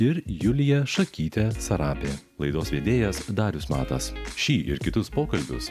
ir julija šakytė sarapė laidos vedėjas darius matas šį ir kitus pokalbius